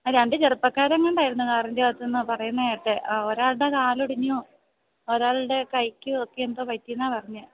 രണ്ടു ചെറുപ്പക്കാരങ്ങണ്ടായിരുന്നു കാറിന്റെ അകത്ത് എന്നാണു പറയുന്നതുകേട്ടത് ഒരാളുടെ കാലൊടിഞ്ഞു ഒരാളുടെ കൈക്കും ഒക്കെ എന്തോ പറ്റിയെന്നാണു പറഞ്ഞത്